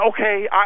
okay